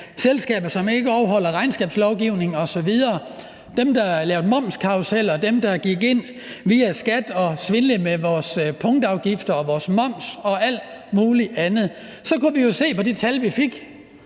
selskaber, som ikke overholder regnskabslovgivningen osv., altså dem, der lavede momskarruseller, og dem, der gik ind via skatten og svindlede med vores punktafgifter og vores moms og alt muligt andet, så kunne vi jo se på de tal, vi fik